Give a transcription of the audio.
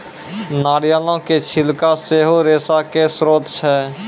नारियलो के छिलका सेहो रेशा के स्त्रोत छै